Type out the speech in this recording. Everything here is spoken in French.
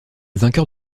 vainqueur